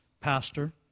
pastor